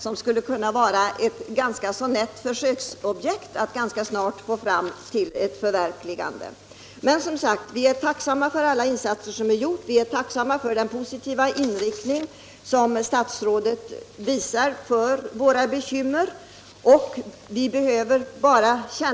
Den skulle kunna bli ett bra försöksobjekt för att ganska snart få fram en produktion. Vi är tacksamma för alla insatser som gjorts och för den positiva inställning som statsrådet har till våra bekymmer.